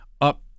up